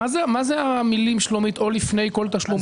מה זה המילים, שלומית, 'או לפני כל תשלום אחר'?